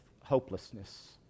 hopelessness